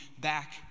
back